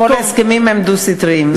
כן, כל ההסכמים הם דו-סטריים, נכון.